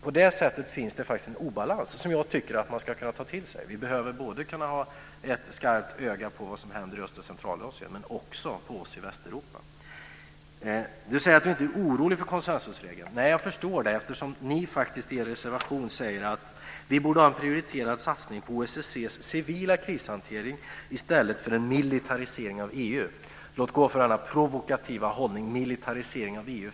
På det sättet finns det en obalans. Det borde man kunna ta till sig. Vi behöver kunna ha ett skarpt öga både på vad som händer i Östeuropa och Centralasien och på det som händer i Västeuropa. Stig Sandström säger att han inte är orolig för konsensusregeln. Jag förstår det eftersom ni i er reservation säger: Vi borde ha en prioriterad satsning på OSSE:s civila krishantering i stället för en militarisering av EU. Låt gå för er provokativa hållning med militarisering av EU.